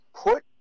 put